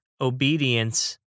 Obedience